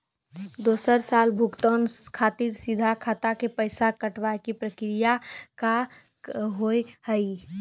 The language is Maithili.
दोसर साल भुगतान खातिर सीधा खाता से पैसा कटवाए के प्रक्रिया का हाव हई?